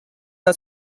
are